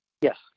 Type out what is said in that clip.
Yes